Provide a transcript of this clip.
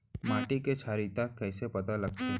माटी के क्षारीयता कइसे पता लगथे?